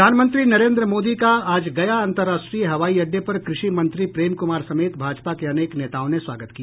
प्रधानमंत्री नरेन्द्र मोदी का आज गया अंतर्राष्ट्रीय हवाई अड्डे पर कृषि मंत्री प्रेम कुमार समेत भाजपा के अनेक नेताओं ने स्वागत किया